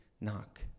knock